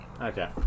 Okay